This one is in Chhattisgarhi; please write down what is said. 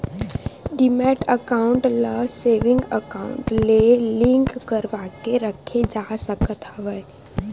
डीमैट अकाउंड ल सेविंग अकाउंक ले लिंक करवाके रखे जा सकत हवय